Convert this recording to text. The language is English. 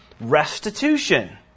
restitution